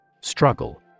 Struggle